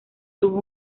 tuvo